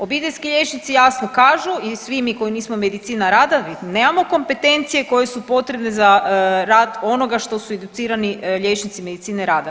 Obiteljski liječnici jasno kažu i svi mi koji nismo medicina rada, mi nemamo kompetencije koje su potrebne za rad onoga što su educirani liječnici medicine rada.